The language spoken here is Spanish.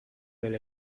del